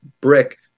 Brick